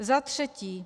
Za třetí.